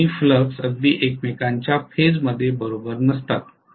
हे दोन्ही फ्लक्स अगदी एकमेकांच्या फेजमध्ये बरोबर नसतात